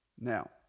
Now